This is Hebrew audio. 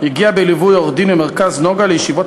הגיעה בליווי עורך-דין מ"מרכז נגה" לישיבות